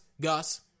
Gus